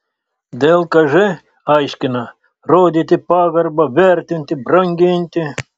dlkž aiškina rodyti pagarbą vertinti branginti